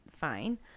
fine